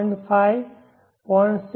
5 0